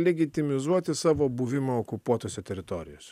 ligitimizuoti savo buvimą okupuotose teritorijose